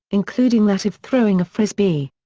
including that of throwing a frisbee.